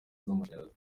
z’amashanyarazi